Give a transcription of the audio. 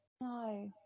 No